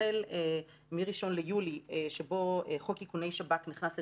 החל מראשון ליולי שבו חוק איכוני השב"כ נכנס לתוקפו,